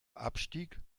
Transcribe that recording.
abstieg